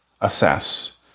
assess